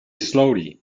slowly